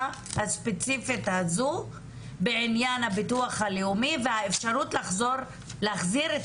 הספציפית הזו בעניין הביטוח הלאומי והאפשרות להחזיר את